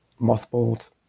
mothballed